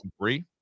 three